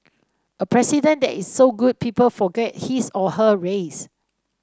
a president that is so good people forget his or her race